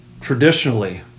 traditionally